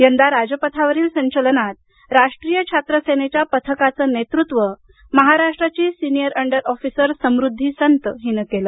यंदा राजपथावरील संचलनात राष्ट्रीय छात्र सेनेच्या पथकाचे नेतृत्व महाराष्ट्राची senior under officer Samruddhi Sant हिनं केलं